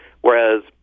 whereas